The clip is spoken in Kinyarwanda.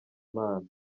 imana